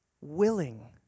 willing